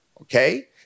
Okay